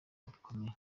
bikomeye